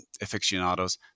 aficionados